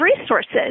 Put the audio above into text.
resources